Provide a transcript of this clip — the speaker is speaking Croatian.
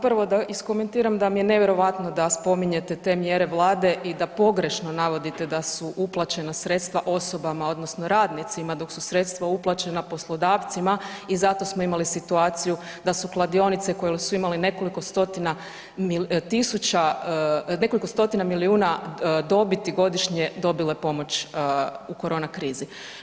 Prvo da iskomentiram da mi je nevjerojatno da spominjete te mjere vlade i da pogrešno navodite da su uplaćena sredstva osobama odnosno radnicima dok su sredstva uplaćena poslodavcima i zato smo imali situaciju da su kladionice koje su imale nekoliko stotina tisuća, nekoliko stotina milijuna dobiti godišnje, dobile pomoć u korona krizi.